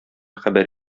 хәбәр